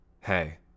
Hey